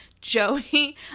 Joey